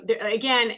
again